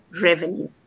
revenue